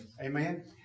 Amen